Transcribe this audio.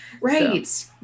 Right